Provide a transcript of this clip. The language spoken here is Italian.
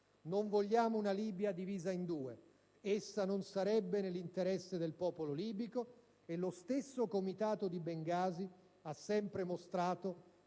Non vogliamo una Libia divisa in due; essa non sarebbe nell'interesse del popolo libico, e lo stesso comitato di Bengasi ha sempre mostrato